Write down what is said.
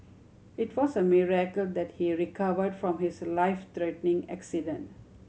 it was a miracle that he recovered from his life threatening accident